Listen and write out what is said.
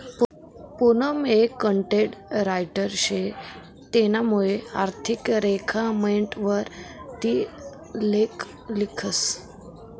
पूनम एक content writer शे तेनामुये आर्थिक लेखा मंडयवर ती लेख लिखस